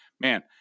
man